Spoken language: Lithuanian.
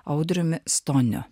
audriumi stoniu